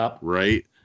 right